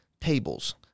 tables